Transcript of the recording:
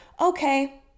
okay